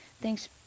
thanks